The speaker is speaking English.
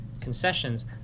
concessions